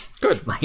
Good